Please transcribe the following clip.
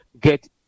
get